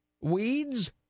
weeds